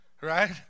right